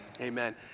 amen